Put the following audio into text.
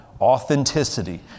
Authenticity